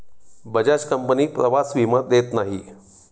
Bajaj company प्रवास विमा देत नाही